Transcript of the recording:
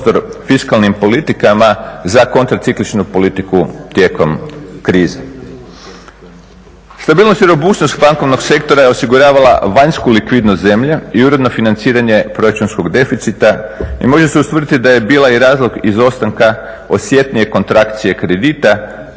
fiskalnim politikama za kontra cikličnu politiku tijekom krize. Stabilnost i robusnost bankovnog sektora je osiguravala vanjsku likvidnost zemlje i uredno financiranje proračunskog deficita i može se ustvrditi da je bila i razlog izostanka osjetnije kontrakcije kredita